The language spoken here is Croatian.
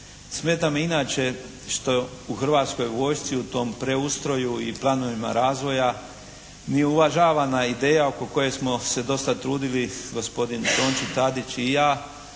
Smeta me inače što u Hrvatskoj vojsci, u tom preustroju i planovima razvoja nije uvažavana ideja oko koje smo se do sad trudili gospodin Tonči Tadić i ja.